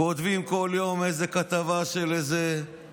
כותבים כל יום איזה כתבה של איזה